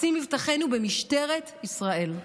נשים מבטחנו במשטרת ישראל.